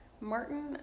Martin